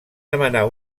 demanar